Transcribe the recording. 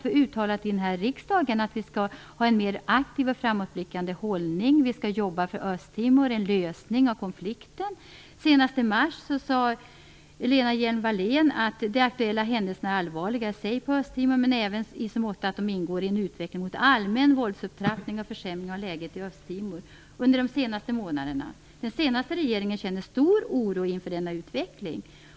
Vi har i den här riksdagen uttalat att vi skall ha en mer aktiv och framåtblickande hållning, att vi skall jobba för en lösning av konflikten i Östtimor. Senast i mars sade Lena Hjelm-Wallén att de aktuella händelserna på Östtimor är allvarliga i sig men att de också är allvarliga i så måtto att de ingår i en utveckling mot en allmän våldsupptrappning och en försämring av läget i Östtimor under de senaste månaderna. Hon sade också att regeringen känner stor oro inför denna utveckling.